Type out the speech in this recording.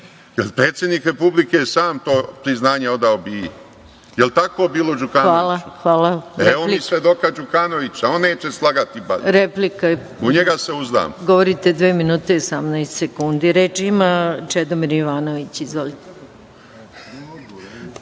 je predsednik Republike sam to priznanje odao BIA? Jel tako bilo, Đukanoviću? Evo mi svedoka Đukanovića, on neće slagati, u njega se uzdam.